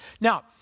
Now